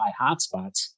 hotspots